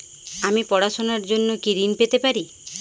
আমি পড়াশুনার জন্য কি ঋন পেতে পারি?